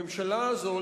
הממשלה הזו,